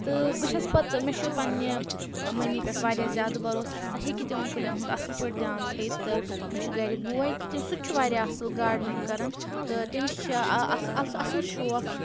تہٕ بہٕ چھَس پَتہٕ مےٚ چھُ پَنٛنہِ مٕمِی پؠٹھ واریاہ زیادٕ بَروس کہِ سۄ ہیٚکہِ تِمَن کُلؠن ہُنٛد اَصٕل پٲٹھۍ دِیَان تھٲیِتھ تہٕ مےٚ چھُ گَرِ بوے تہِ تہِ سُہ تہِ چھُ واریاہ اَصٕل گاڈنِنٛگ کَرَان تہٕ تٔمِس چھِ اَصٕل شوق